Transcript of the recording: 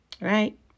Right